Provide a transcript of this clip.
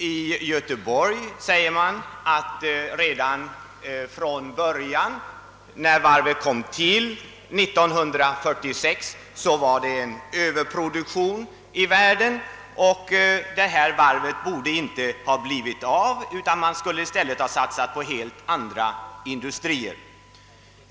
I Göteborg säger man att redan då varvet kom till, 1946, var det överproduktion inom varvsindustrin i världen. Uddevallavarvet borde därför, säger man, inte ha tillkommit, utan man borde i stället ha satsat på helt andra industrier.